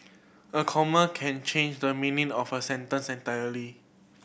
a comma can change the meaning of a sentence entirely